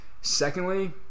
Secondly